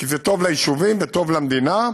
כי זה טוב ליישובים וטוב למדינה,